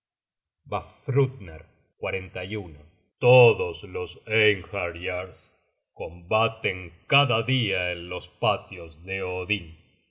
vafthrudner todos los einhaeryars combaten cada dia en los patios de odin